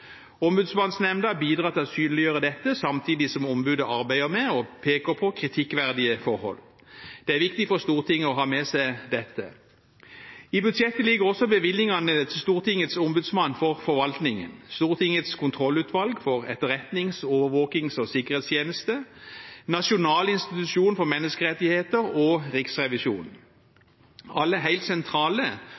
til å synliggjøre dette, samtidig som ombudet arbeider med og peker på kritikkverdige forhold. Det er viktig for Stortinget å ha med seg dette. I budsjettet ligger også bevilgningene til Stortingets ombudsmann for forvaltningen, Stortingets kontrollutvalg for etterretnings-, overvåkings- og sikkerhetstjeneste, Nasjonal institusjon for menneskerettigheter og Riksrevisjonen – alle helt sentrale